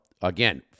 Again